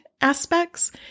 aspects